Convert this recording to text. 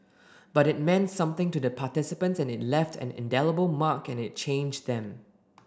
but it meant something to the participants and it left an indelible mark and it changed them